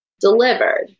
delivered